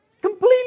Completely